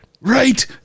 right